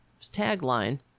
tagline